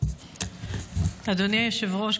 אדוני היושב-ראש,